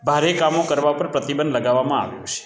ભારે કામો કરવા પર પ્રતિબંધ લગાવામાં આવશે